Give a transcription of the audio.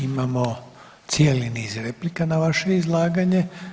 Imamo cijeli niz replika na vaše izlaganje.